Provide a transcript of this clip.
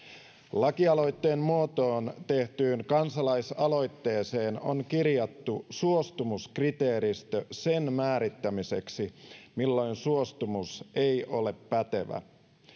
lakialoitteen muotoon tehtyyn kansalaisaloitteeseen on kirjattu suostumuskriteeristö sen määrittämiseksi milloin suostumus ei ole pätevä